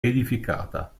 edificata